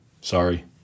sorry